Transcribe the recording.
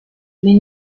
les